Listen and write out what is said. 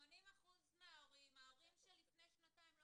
ההורים של לפני שנתיים לא